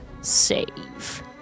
save